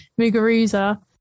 Muguruza